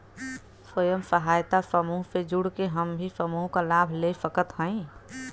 स्वयं सहायता समूह से जुड़ के हम भी समूह क लाभ ले सकत हई?